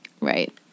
Right